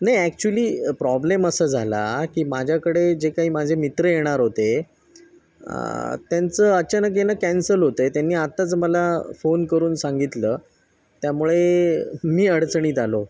नाही actually problem असा झाला की माझ्याकडे जे काही माझे मित्र येणार होते त्यांचं अचानक येणं कॅन्सल होत आहे त्यांनी आताच मला फोन करून सांगितलं त्यामुळे मी अडचणीत आलो